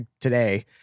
today